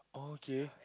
oh okay